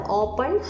open